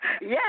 Yes